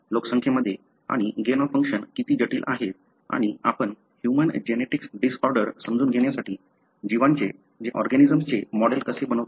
लोकसंख्येमध्ये आणि gain of function किती जटील आहे आणि आपण ह्यूमन जेनेटिक्स डिसऑर्डर समजून घेण्यासाठी जीवांचे मॉडेल कसे बनवता